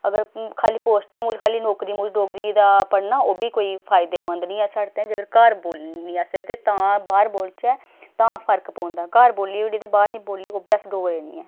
अगर खाल्ली पोस्टें मूजब खाल्ली नौकरी मूजब डोगरी दा पढ़ना ओह् बी कोई फायदेमंद निं ऐ साढ़े ताईं जेकर घर बोलनी असें ते तां बाह्र बोलचै तां फर्क पौंदा घर बोली ओड़ी ते बाह्र निं बोली ओह् बी अस डोगरे निं ऐ